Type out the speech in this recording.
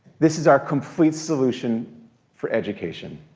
this is our complete solution for education.